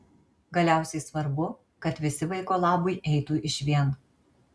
galiausiai svarbu kad visi vaiko labui eitų išvien